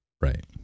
Right